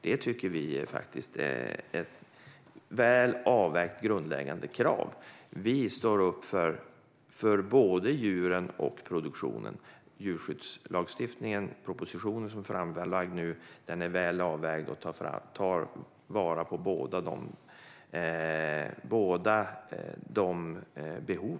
Det tycker vi är ett väl avvägt grundläggande krav. Vi står upp för både djuren och produktionen. Den framlagda propositionen är väl avvägd och tillvaratar bådas behov.